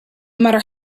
matter